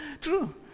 true